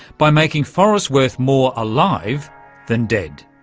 by making forests worth more alive than dead.